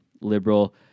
liberal